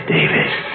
Davis